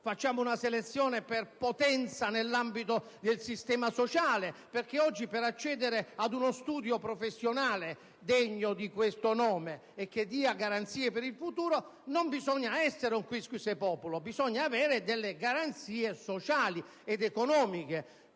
censo, una selezione per potenza nell'ambito del sistema sociale? Oggi, per accedere ad uno studio professionale degno di questo nome e che dia garanzie per il futuro non bisogna essere un *quisque de* *populo*: bisogna avere delle garanzie sociali ed economiche.